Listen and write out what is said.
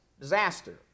disaster